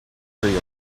degree